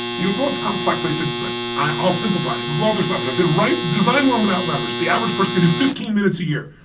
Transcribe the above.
he goes, well, it's complex. i said, but i'll simplify. he goes, well, there's nothing. i said, write, design one without leverage. the average person can do fifteen minutes a year.